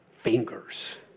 fingers